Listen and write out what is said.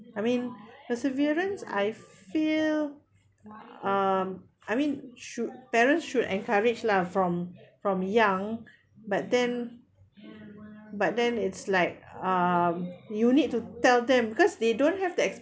I mean perseverance I feel um I mean should parents should encourage lah from from young but then but then it's like um you need to tell them because they don't have the